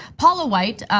paula white,